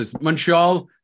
Montreal